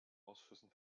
ausschüssen